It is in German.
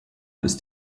ist